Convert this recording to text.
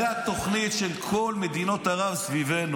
הרי התוכנית של כל מדינות ערב סביבנו,